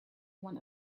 one